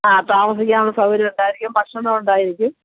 ആ താമസിക്കാനുള്ള സൗകര്യമുണ്ടായിരിക്കും ഭക്ഷണം ഉണ്ടായിരിക്കും